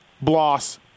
Bloss